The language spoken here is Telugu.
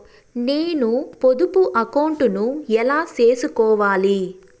నేను పొదుపు అకౌంటు ను ఎలా సేసుకోవాలి?